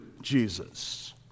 Jesus